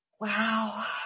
wow